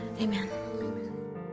Amen